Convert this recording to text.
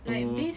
mm